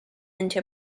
into